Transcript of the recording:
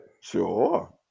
Sure